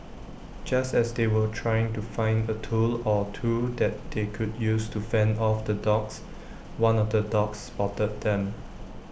just as they were trying to find A tool or two that they could use to fend off the dogs one of the dogs spotted them